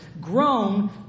Grown